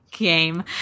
game